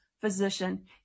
physician